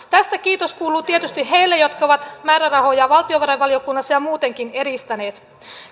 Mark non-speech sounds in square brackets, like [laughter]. [unintelligible] tästä kiitos kuuluu tietysti heille jotka ovat määrärahoja valtiovarainvaliokunnassa ja muutenkin edistäneet